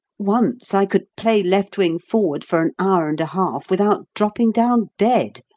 once i could play left-wing forward for an hour and a half without dropping down dead.